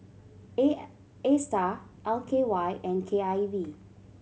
A I Astar L K Y and K I V